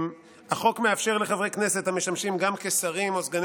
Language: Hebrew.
החוק מאפשר לחברי כנסת המשמשים גם כשרים או סגני